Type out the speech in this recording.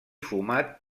fumat